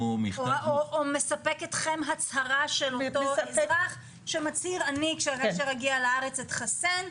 מספקת אתכם הצהרה של אותו אזרח שמצהיר שכשיגיע לארץ יתחסן?